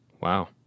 Wow